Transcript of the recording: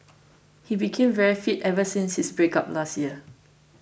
he became very fit ever since his breakup last year